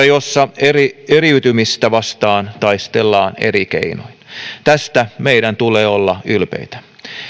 jossa eriytymistä vastaan taistellaan eri keinoin tästä meidän tulee olla ylpeitä